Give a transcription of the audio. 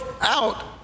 out